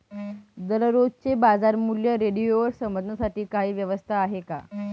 दररोजचे बाजारमूल्य रेडिओवर समजण्यासाठी काही व्यवस्था आहे का?